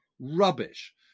rubbish